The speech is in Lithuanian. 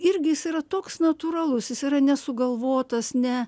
irgi jis yra toks natūralus jis yra nesugalvotas ne